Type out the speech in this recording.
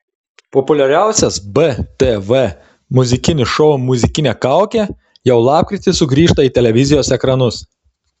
populiariausias btv muzikinis šou muzikinė kaukė jau lapkritį sugrįžta į televizijos ekranus